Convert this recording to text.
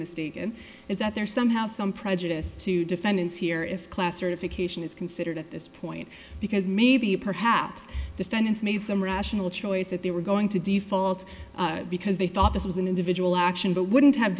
mistaken is that they're somehow some prejudice to defendants here if class certification is considered at this point because maybe perhaps defendants made some rational choice that they were going to default because they thought this was an individual action but wouldn't have